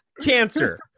Cancer